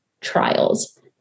trials